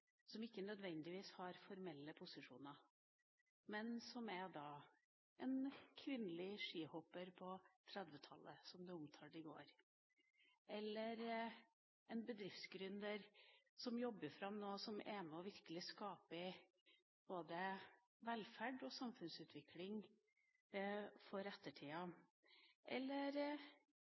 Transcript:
som ikke nødvendigvis har formelle posisjoner, men som er en kvinnelig skihopper på 1930-tallet – som ble omtalt i går – eller en bedriftsgründer som jobber fram noe som virkelig er med og skaper både velferd og samfunnsutvikling for ettertida, eller